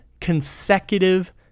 consecutive